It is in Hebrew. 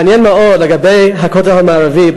מעניין מאוד לגבי הכותל המערבי.